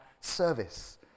service